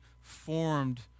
formed